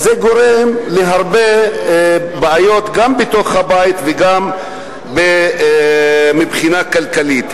וזה גורם להרבה בעיות גם בתוך הבית וגם מבחינה כלכלית,